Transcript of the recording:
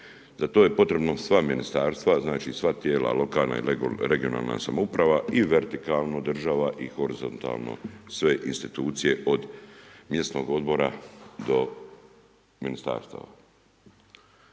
za to je potrebno sva ministarstva, znači sva tijela lokalne, regionalne samouprave i vertikalno država i horizontalno sve institucije od mjesnog odbora do ministarstava.